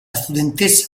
studentessa